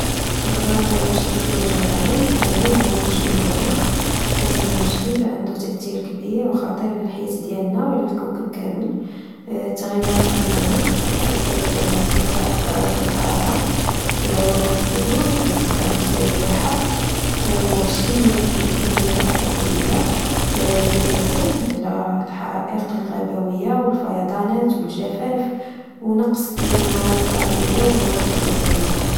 أكبر مشكل كواجهو العالم حاليا هو تغير المناخ، حيت هاد المشكل عندو تأثيرات كبيرة وخطيرة على الحياة ديالنا وعلى الكوكب كامل. التغيرات فالمناخ كتسبب ارتفاع فدرجات الحرارة، وذوبان الثلوج، وارتفاع مستوى البحار، الشب اللي كيهدد المدن الساحلية. زيادة على الحرائق الغابوية، والفيضانات، و الجفاف ،و نقص ديال المواد الطبيعية و المواد الغذائية.